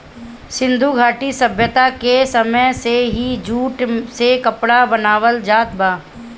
सिंधु घाटी सभ्यता के समय से ही जूट से कपड़ा बनावल जात बा